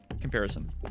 comparison